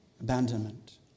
abandonment